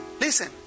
Listen